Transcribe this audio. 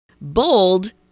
bold